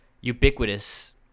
ubiquitous